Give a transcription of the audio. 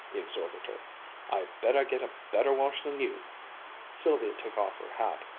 he exhorted her i bet i get a better wash than you sylvia took off her hat,